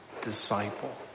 disciple